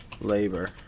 labor